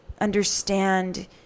understand